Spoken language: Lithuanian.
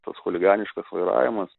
tas chuliganiškas vairavimas